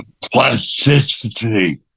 plasticity